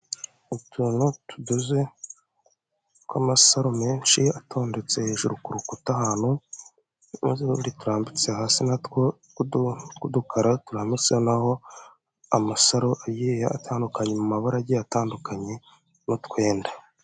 Utuntu tudoze, tw'amasaro menshi atondetse hejuru ku rukuta ahantu, n'uzu tundi turambitse hasi natwo tw'udu, tw'udukara turambitseho naho amasaro agiye atandukanye mu mabara agiye atandukanye, n'utwenda.